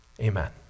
Amen